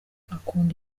akunda